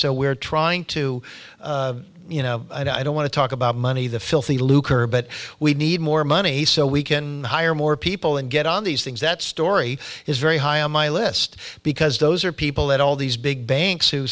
so we're trying to you know i don't want to talk about money the filthy lucre but we need more money so we can hire more people and get on these things that story is very high on my list because those are people that all these big ban